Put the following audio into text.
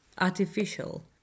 artificial